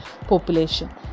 population